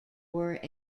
were